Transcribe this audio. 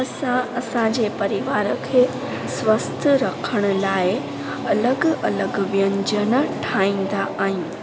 असां असांजे परिवार खे स्वस्थ रखण लाइ अलॻि अलॻि व्यंजन ठाहींदा आहिनि